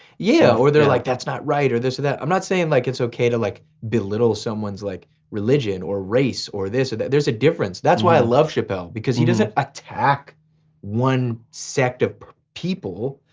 yeah, or they're like that's not right or this or that. i'm not saying like it's okay to like belittle someone's like religion, or race, or this or that, there's a difference. that's why i love chappelle, because he doesn't attack one sect of people,